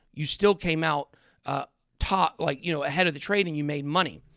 you still came out top like, you know, ahead of the trade and you made money.